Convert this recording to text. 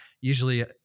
usually